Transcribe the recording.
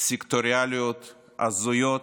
סקטוריאליות הזויות,